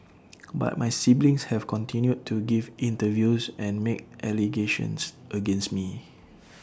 but my siblings have continued to give interviews and make allegations against me